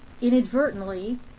inadvertently